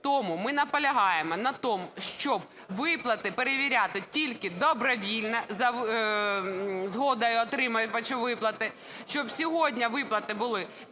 Тому ми наполягаємо на тому, щоб виплати перевіряти тільки добровільно за згодою отримувача виплати, щоб сьогодні виплати були